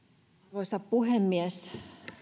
arvoisa puhemies